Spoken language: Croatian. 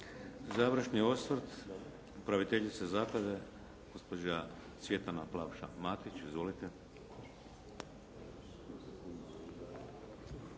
Završni osvrt, upraviteljica zaklade, gospođa Cvjetana Plavša-Matić. Izvolite.